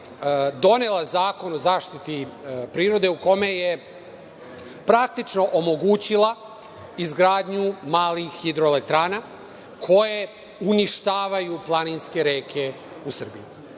donela Zakon o zaštiti prirode, u kome je praktično omogućila izgradnju malih hidroelektrana koje uništavaju planinske reke u Srbiji.